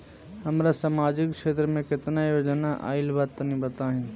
हमरा समाजिक क्षेत्र में केतना योजना आइल बा तनि बताईं?